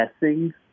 guessing